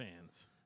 fans